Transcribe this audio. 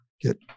get